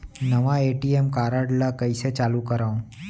नवा ATM card ल कइसे चालू करव?